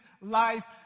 life